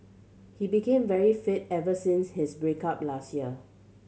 he became very fit ever since his break up last year